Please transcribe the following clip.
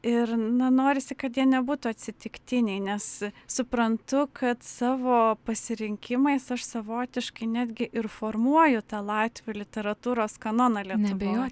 ir na norisi kad jie nebūtų atsitiktiniai nes suprantu kad savo pasirinkimais aš savotiškai netgi ir formuoju tą latvių literatūros kanoną lietuvoj